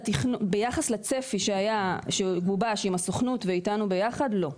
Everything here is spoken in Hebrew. ביחס לצפי שגובש עם הסוכנות ואתנו ביחד, לא.